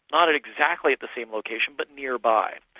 not exactly the same location, but nearby.